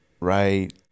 right